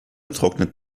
trocknet